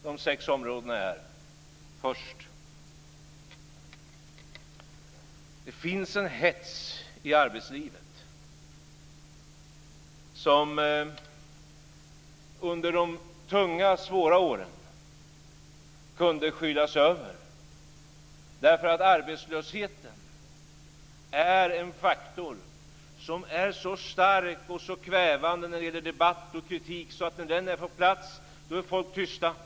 De sex områdena är: För det första finns det en hets i arbetslivet som under de tunga svåra åren kunde skylas över, därför att arbetslösheten är en faktor som är så stark och kvävande när det gäller debatt och kritik så att när den är på plats är folk tysta.